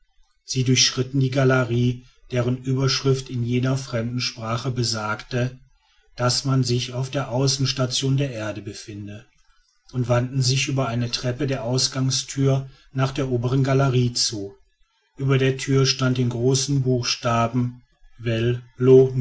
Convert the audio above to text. sie durchschritten die galerie deren überschrift in jener fremden sprache besagte daß man sich auf der außenstation der erde befinde und wandten sich über eine treppe der ausgangstür nach der oberen galerie zu über der tür stand in großen buchstaben